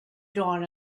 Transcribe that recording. dawn